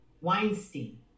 Weinstein